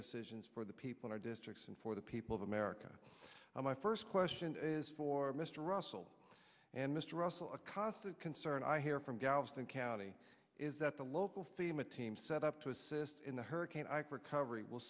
decisions for the people our districts and for the people of america and my first question is for mr russell and mr russell a cost of concern i hear from galveston county is that the local fema team set up to assist in the hurricane ike recovery will